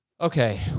Okay